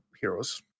Heroes